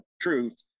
truth